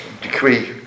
decree